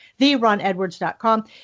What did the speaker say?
theronedwards.com